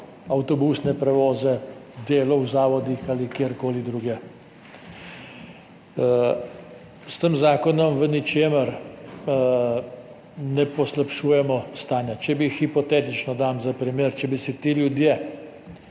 avtobusne prevoze, delo v zavodih ali kjerkoli drugje. S tem zakonom v ničemer ne poslabšujemo stanja. Hipotetično dam za primer, če bi se ti ljudje,